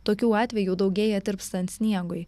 tokių atvejų daugėja tirpstant sniegui